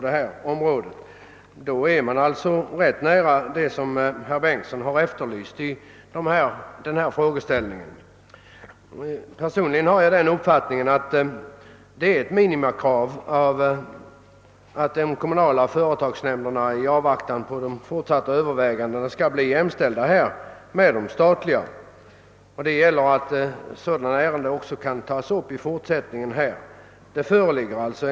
Detta ligger således ganska nära vad herr Bengtsson i Landskrona har efterlyst i denna fråga. Personligen har jag den uppfattningen att det är ett minimikrav att de kommunala företagsnämnderna i avvaktan på de fortsatta övervägandena skall bli jämställda med de statliga företagsnämnderna. Sådana ärenden bör även i fortsättningen kunna tas upp här.